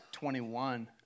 21